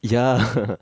ya haha